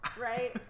right